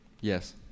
Yes